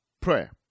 prayer